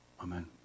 Amen